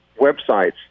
websites